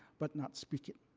but not speak it?